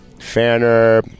Fanner